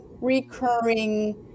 recurring